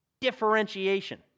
differentiation